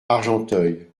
argenteuil